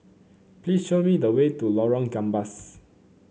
please show me the way to Lorong Gambas